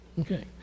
Okay